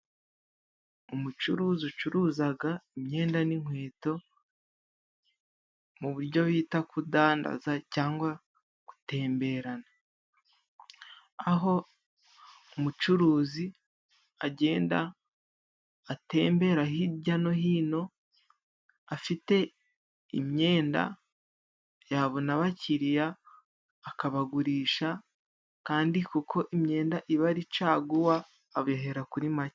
Umucuruzi ucuruzaga imyenda n'inkweto ,mu buryo bita kudandaza cyangwa gutemberana , aho umucuruzi agenda atembera hirya no hino afite imyenda ,yabona bakiriya akabagurisha ,kandi kuko imyenda iba ari caguwa abahera kuri make.